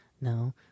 No